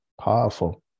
Powerful